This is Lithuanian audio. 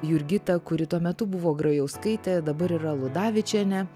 jurgita kuri tuo metu buvo grajauskaitė dabar yra ludavičienė